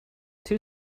two